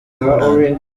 n’ubunani